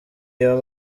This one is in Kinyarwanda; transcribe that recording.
iyo